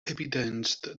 evidenced